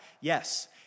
Yes